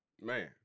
Man